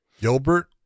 Gilbert